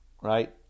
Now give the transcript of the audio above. right